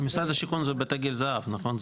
משרד השיכון, זה בתי גיל זהב נכון?